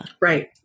right